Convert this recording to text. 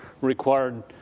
required